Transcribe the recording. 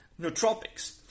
nootropics